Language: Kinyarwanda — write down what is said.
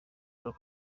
paul